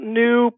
new